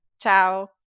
Ciao